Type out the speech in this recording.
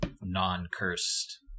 non-cursed